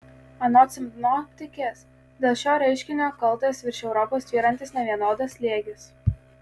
anot sinoptikės dėl šio reiškinio kaltas virš europos tvyrantis nevienodas slėgis